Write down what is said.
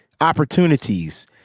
opportunities